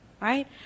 Right